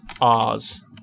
Oz